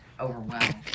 Overwhelmed